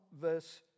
verse